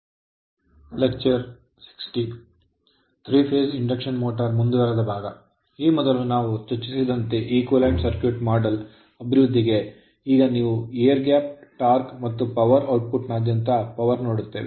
ಈ ಮೊದಲು ನಾವು ಚರ್ಚಿಸಿದಂತೆ equivalent circuit model ಸಮಾನ ಸರ್ಕ್ಯೂಟ್ ಮಾದರಿಯ ಅಭಿವೃದ್ಧಿಗೆ ಈಗ ನೀವು air gap ಗಾಳಿಯ ಅಂತರ ಟಾರ್ಕ್ ಮತ್ತು ಪವರ್ ಔಟ್ಪುಟ್ ನಾದ್ಯಂತ ಪವರ್ ಶಕ್ತಿಯನ್ನು ನೋಡುತ್ತೇವೆ